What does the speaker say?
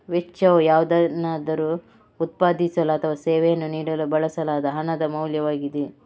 ವೆಚ್ಚವು ಯಾವುದನ್ನಾದರೂ ಉತ್ಪಾದಿಸಲು ಅಥವಾ ಸೇವೆಯನ್ನು ನೀಡಲು ಬಳಸಲಾದ ಹಣದ ಮೌಲ್ಯವಾಗಿದೆ